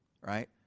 right